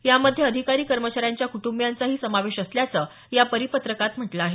यामध्ये अधिकारी कर्मचाऱ्यांच्या कुटुंबियांचाही समावेश असल्याचं या परिपत्रकात म्हटलं आहे